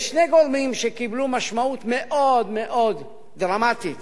יש שני גורמים שקיבלו משמעות מאוד מאוד דרמטית